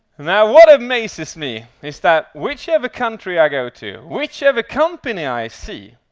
now, what amazes me is that whichever country i go to, whichever company i see,